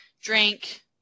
drink